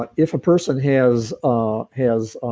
but if a person has ah has